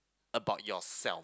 about yourself